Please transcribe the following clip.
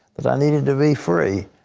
because i needed to be free.